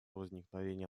возникновения